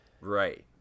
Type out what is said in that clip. Right